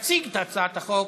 תציג את הצעת החוק,